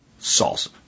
Salsa